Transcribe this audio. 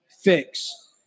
fix